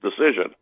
decision